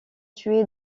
tué